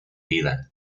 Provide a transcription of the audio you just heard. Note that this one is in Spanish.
vida